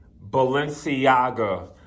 Balenciaga